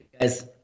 guys